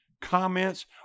comments